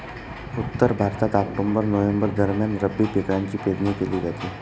उत्तर भारतात October November दरम्यान रब्बी पिकांची पेरणी केली जाते